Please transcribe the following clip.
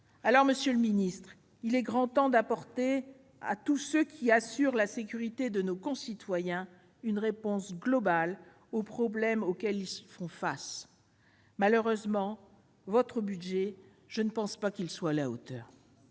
Monsieur le ministre, il est grand temps d'apporter à tous ceux qui assurent la sécurité de nos concitoyens une réponse globale aux problèmes auxquels ils font face. Malheureusement, votre budget n'est pas à la hauteur,